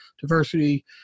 diversity